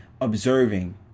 observing